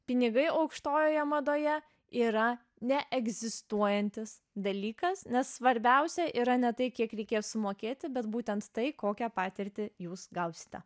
pinigai aukštojoje madoje yra neegzistuojantis dalykas nes svarbiausia yra ne tai kiek reikės sumokėti bet būtent tai kokią patirtį jūs gausite